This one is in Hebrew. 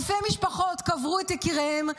אלפי משפחות קברו את יקיריהן,